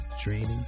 training